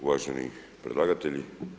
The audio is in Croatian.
Uvaženi predlagatelji.